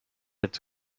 its